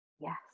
yes